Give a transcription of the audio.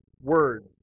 words